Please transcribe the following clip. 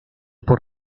por